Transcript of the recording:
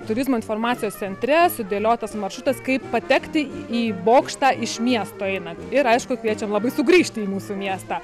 turizmo informacijos centre sudėliotas maršrutas kaip patekti į bokštą iš miesto einant ir aišku kviečiam labai sugrįžti į mūsų miestą